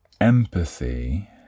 empathy